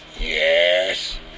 yes